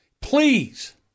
Please